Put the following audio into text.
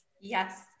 Yes